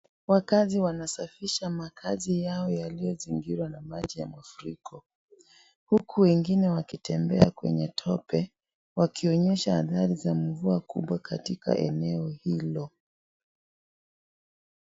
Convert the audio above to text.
Wakazi wanasafisha makazi yao yaliyo zingirwa na maji ya mafuriko huku wengine wakitembea kwenye tope wakionyesha hatari za mvua kubwa katika eneo hilo.